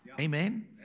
Amen